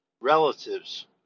relatives